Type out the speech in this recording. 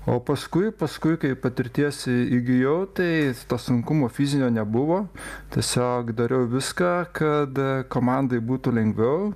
o paskui paskui kai patirties įgijau tai to sunkumo fizinio nebuvo tiesiog dariau viską kad komandai būtų lengviau